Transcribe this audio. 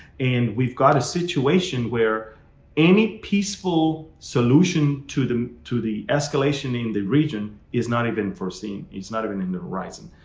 and we've got a situation where any peaceful solution to the to the escalation in the region is not even foreseen. it's not even in the horizon.